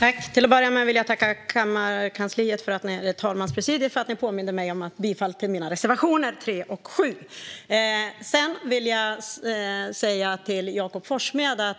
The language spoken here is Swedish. Herr talman! Till att börja med vill jag tacka talmanspresidiet för att ni påminde mig om att yrka bifall till mina reservationer 3 och 7. Sedan vill jag säga till Jakob Forssmed: